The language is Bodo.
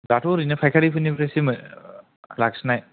दाथ' ओरैनो फायखारिफोरनिफ्रायसो लाखिनाय